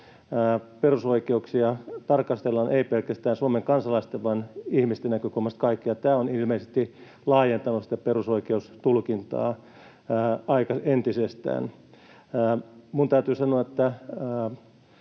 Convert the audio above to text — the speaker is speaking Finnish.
perusoikeuksia tarkastellaan ei pelkästään Suomen kansalaisten vaan ihmisten näkökulmasta kaikkiaan. Tämä on ilmeisesti laajentanut perusoikeustulkintaa entisestään. Minun täytyy sanoa, että